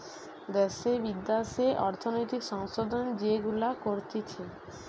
দ্যাশে বিদ্যাশে অর্থনৈতিক সংশোধন যেগুলা করতিছে